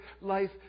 life